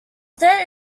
their